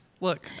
Look